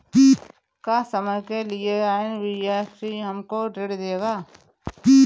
का कम समय के लिए एन.बी.एफ.सी हमको ऋण देगा?